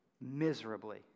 miserably